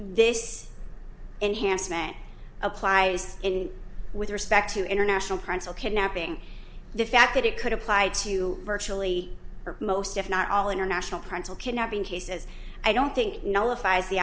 this enhancement applies in with respect to international crimes of kidnapping the fact that it could apply to virtually most if not all international printed kidnapping cases i don't think